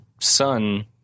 son